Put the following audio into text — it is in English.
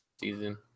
season